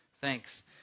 Thanks